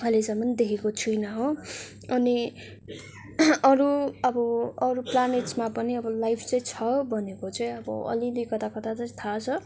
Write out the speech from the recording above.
अहिलेसम देखेको छुइनँ हो अनि अरू अब अरू प्लानेट्समा पनि अब लाइफ चाहिँ छ भनेको चाहिँ अब अलिलि कताकता चाहिँ थाहा छ